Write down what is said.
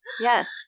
yes